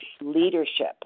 leadership